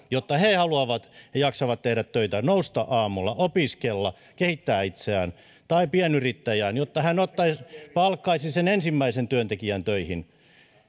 jotta he haluavat ja jaksavat tehdä töitä nousta aamulla opiskella kehittää itseään tai pienyrittäjään jotta hän palkkaisi sen ensimmäisen työntekijän töihin